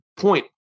Point